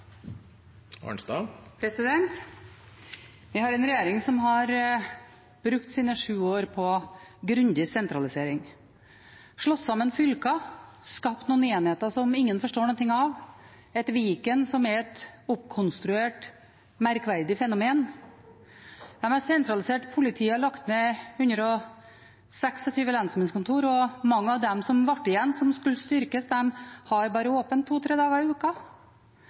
Vi har en regjering som har brukt sine sju år på grundig sentralisering. De har slått sammen fylker og skapt noen enheter som ingen forstår noen ting av, bl.a. Viken, som er et oppkonstruert, merkverdig fenomen. De har sentralisert politiet og lagt ned 126 lensmannskontor, og mange av dem som ble igjen, som skulle styrkes, har bare åpent to–tre dager i uka.